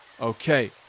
Okay